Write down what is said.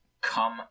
come